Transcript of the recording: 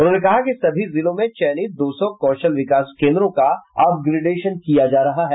उन्होंने कहा कि सभी जिलों में चयनित दो सौ कौशल विकास केन्द्रों का अपग्रेडेशन किया जा रहा है